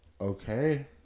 okay